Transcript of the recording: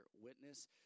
witness